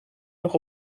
nog